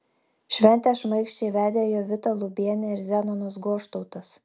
šventę šmaikščiai vedė jovita lubienė ir zenonas goštautas